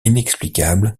inexplicable